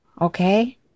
Okay